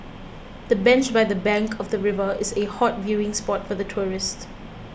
the bench by the bank of the river is a hot viewing spot for tourists